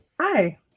Hi